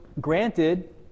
granted